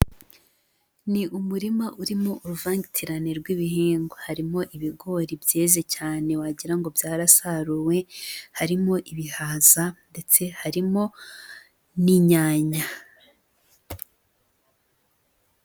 Ni umurima urimo uruvangitirane rw'ibihingwa, harimo ibigori byeze cyane wagira ngo byarasaruwe, harimo ibihaza ndetse harimo n'inyanya.